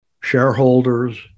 shareholders